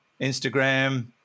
instagram